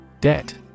Debt